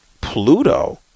Pluto